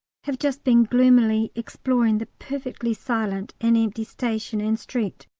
have just been gloomily exploring the perfectly silent and empty station and street,